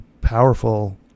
powerful